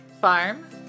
Farm